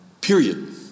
Period